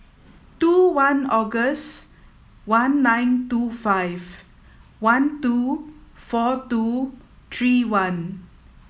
two one August one nine two five one two four two three one